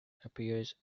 appears